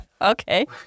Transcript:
Okay